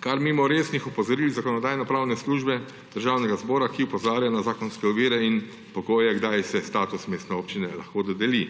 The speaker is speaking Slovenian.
kar mimo resnih opozoril Zakonodajno-pravne službe Državnega zbora, ki opozarja na zakonske ovire in pogoje, kdaj se status mestne občine lahko dodeli.